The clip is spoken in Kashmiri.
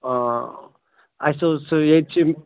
آ اَسہِ اوس سُہ ییٚتہِ چھِ